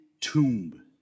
tomb